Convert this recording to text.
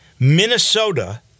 Minnesota